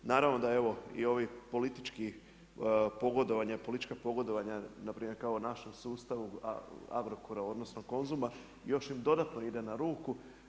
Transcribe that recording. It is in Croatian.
Naravno da i ovi politički pogodovanja, politička pogodovanja na primjer kao u našem sustavu Agrokora odnosno Konzuma još im dodatno ide na ruku.